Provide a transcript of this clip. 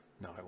No